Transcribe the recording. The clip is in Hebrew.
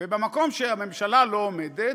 ובמקום שהממשלה לא עומדת,